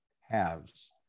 halves